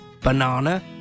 banana